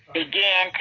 began